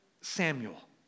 Samuel